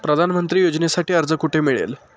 पंतप्रधान योजनेसाठी अर्ज कुठे मिळेल?